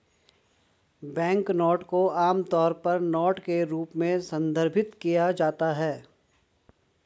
banknote को आमतौर पर नोट के रूप में संदर्भित किया जाता है